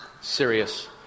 serious